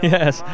Yes